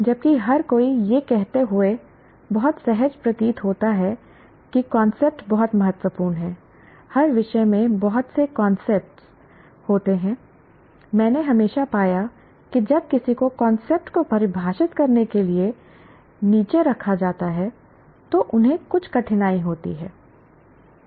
जबकि हर कोई यह कहते हुए बहुत सहज प्रतीत होता है कि कांसेप्ट बहुत महत्वपूर्ण हैं हर विषय में बहुत सी कांसेप्ट होती हैं मैंने हमेशा पाया कि जब किसी को कांसेप्ट को परिभाषित करने के लिए नीचे रखा जाता है तो उन्हें कुछ कठिनाई होती है